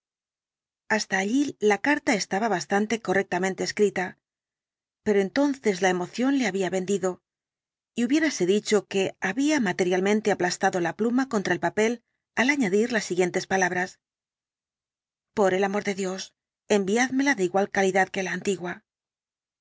hasta allí la carta estaba bastante correctamente escrita pero entonces la emoción le había vendido y hubiérase dicho que había materialmente aplastado la pluma contra el papel al añadir las siguientes palabras por el amor de dios enviádmela de igual calidad que la antigua